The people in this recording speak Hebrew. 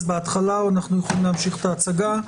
בהתחלה או שאנחנו יכולים להמשיך בהצגה?